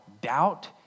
doubt